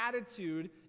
attitude